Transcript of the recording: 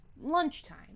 lunchtime